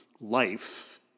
life